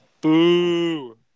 Boo